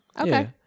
okay